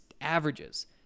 averages